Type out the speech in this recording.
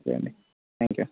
okay అండి thank you